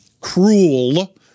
Cruel